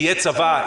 יהיה צבא,